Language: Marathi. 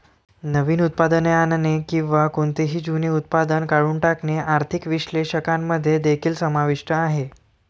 नवीन उत्पादने आणणे किंवा कोणतेही जुने उत्पादन काढून टाकणे आर्थिक विश्लेषकांमध्ये देखील समाविष्ट आहे